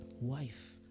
wife